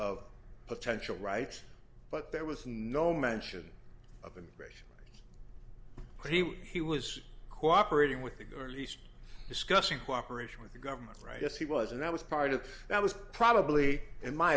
of potential rights but there was no mention of immigration he was he was cooperating with the girlies discussing cooperation with the government right yes he was and that was part of that was probably in my